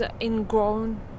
ingrown